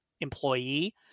employee